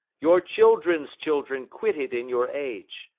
your children's children quit it in your age.